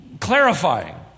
clarifying